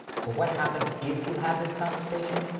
so what happens if you have this conversation?